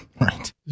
Right